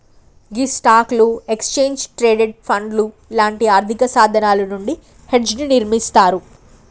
గీ స్టాక్లు, exchange traded పండ్లు లాంటి ఆర్థిక సాధనాలు నుండి హెడ్జ్ ని నిర్మిస్తారు